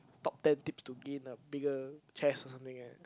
top ten tips to gain a bigger chest or something like that